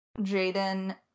Jaden